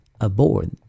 aboard